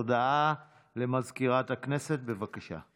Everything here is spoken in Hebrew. הודעה למזכירת הכנסת, בבקשה.